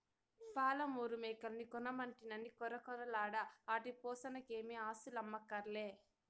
పాలమూరు మేకల్ని కొనమంటినని కొరకొరలాడ ఆటి పోసనకేమీ ఆస్థులమ్మక్కర్లే